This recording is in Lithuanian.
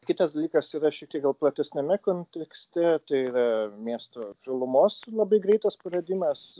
kitas dalykas yra šiek tiek gal platesniame kontekste tai yra miesto žalumos labai greitas praradimas